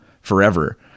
forever